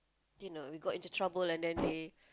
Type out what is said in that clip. you know we got into trouble and then they